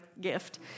gift